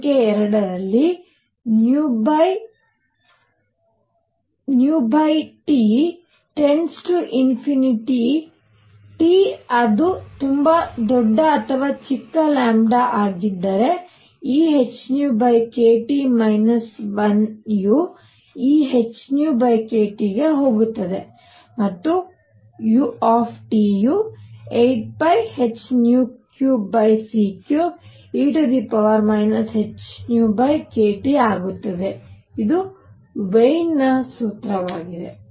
ಸಂಖ್ಯೆ 2 T→ ∞T ಅದು ತುಂಬಾ ದೊಡ್ಡ ಅಥವಾ ಚಿಕ್ಕ ಆಗಿದ್ದರೆ ehνkT 1 ಯು ehνkT ಗೆ ಹೋಗುತ್ತದೆ ಮತ್ತು u ಯು 8πh3c3e hνkTಆಗುತ್ತದೆ ಇದು ವೀನ್ನ ಸೂತ್ರವಾಗಿದೆ